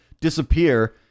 disappear